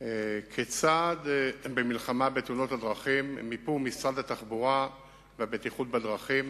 כצעד במלחמה בתאונות הדרכים מיפו משרד התחבורה והבטיחות בדרכים,